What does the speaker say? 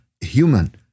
human